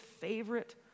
favorite